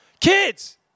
Kids